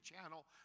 channel